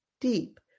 deep